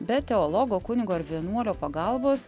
be teologo kunigo ar vienuolio pagalbos